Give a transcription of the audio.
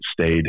stayed